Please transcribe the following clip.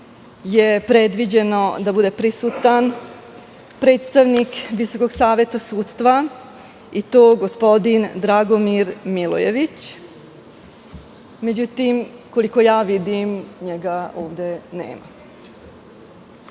je predviđeno da bude prisutan predstavnik Visokog saveta sudstva i to gospodin Dragomir Milojević. Međutim, koliko ja vidim, njega ovde